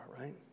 right